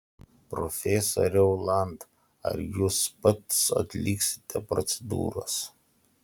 profesoriau land ar jūs pats atliksite procedūras